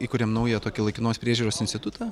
įkuriam naują tokį laikinos priežiūros institutą